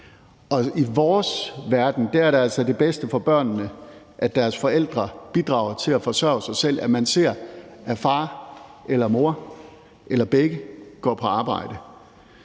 i vores verden er det altså det bedste for børnene, at deres forældre bidrager til at forsørge sig selv, og at de ser, at far eller mor eller begge går på arbejde.